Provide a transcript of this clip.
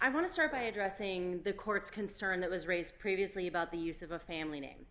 i want to start by addressing the court's concern that was raised previously about the use of a family name